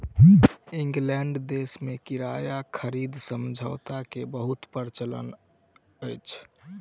England देश में किराया खरीद समझौता के बहुत प्रचलन अछि